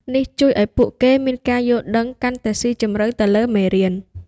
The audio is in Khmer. នេះជួយឲ្យពួកគេមានការយល់ដឹងកាន់តែស៊ីជម្រៅទៅលើមេរៀន។